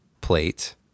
plate